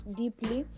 deeply